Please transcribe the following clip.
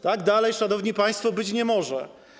Tak dalej, szanowni państwo, być nie może.